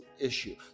issue